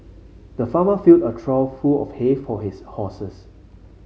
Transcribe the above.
the farmer filled a trough full of hay for his horses